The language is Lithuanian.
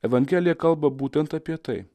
evangelija kalba būtent apie tai